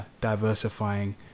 diversifying